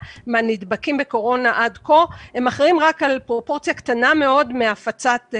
מהנדבקים בקורונה עד כה הם אחראים רק על פרופורציה קטנה מאוד מהפצת-העל.